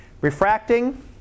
Refracting